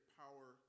power